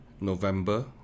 November